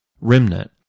remnant